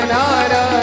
Nara